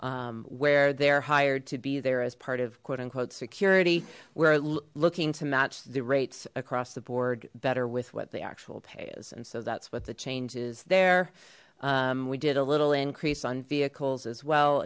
where they're hired to be there as part of quote unquote security we're looking to match the rates across the board better with what the actual pay is and so that's what the change is there we did a little increase on vehicles as well